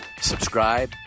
subscribe